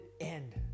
end